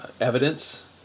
evidence